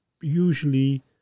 usually